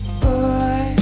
boy